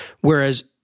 Whereas